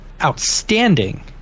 outstanding